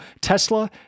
Tesla